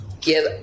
give